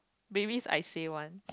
maybe I said one